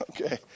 Okay